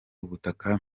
ubutaka